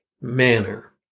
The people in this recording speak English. manner